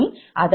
அதனுடன் 𝑗0